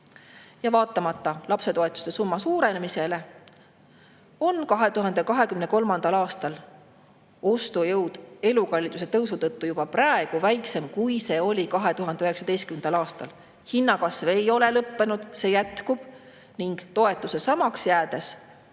Ja vaatamata lapsetoetuste summa suurenemisele on 2023. aastal ostujõud elukalliduse tõusu tõttu juba praegu väiksem, kui see oli 2019. aastal. Hinnakasv ei ole lõppenud, see jätkub ning toetuse samaks jäädes langeksid